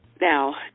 Now